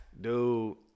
dude